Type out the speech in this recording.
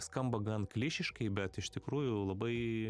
skamba gan klišiškai bet iš tikrųjų labai